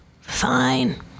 fine